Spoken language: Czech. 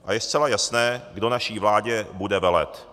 A je zcela jasné, kdo naší vládě bude velet.